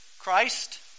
Christ